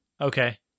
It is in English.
Okay